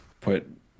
put